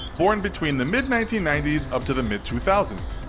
born between the mid nineteen ninety s up to the mid two thousand